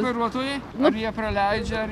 vairuotojai ar jie praleidžia ar